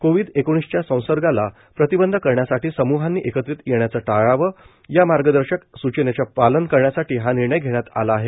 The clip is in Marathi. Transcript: कोरोना विषाणुच्या संसर्गाला प्रतिबंध करण्यासाठी समूहांनी एकत्रित येण्याचे टाळावे या मार्गदर्शक सूचनेचे पालन करण्यासाठी हा निर्णय घेण्यात आला आहे